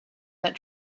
that